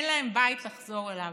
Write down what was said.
אין להם בית לחזור אליו.